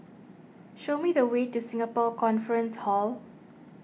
show me the way to Singapore Conference Hall